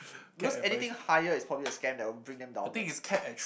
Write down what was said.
because anything higher is probably a scam that will bring them downwards